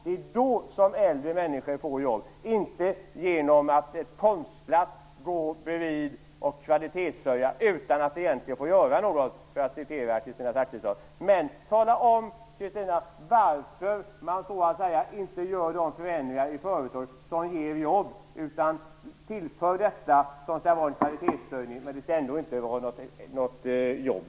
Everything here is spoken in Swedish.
Det är då äldre människor får jobb - inte genom att de konstlat går bredvid och kvalitetshöjer utan att egentligen få göra något, för att återge vad Kristina Zakrisson sade. Tala om varför Socialdemokraterna inte genomför de förändringar i företagen som ger jobb, Kristina Zakrisson! Varför tillför man i stället detta som skall vara en kvalitetshöjning, men ändå inte är något jobb?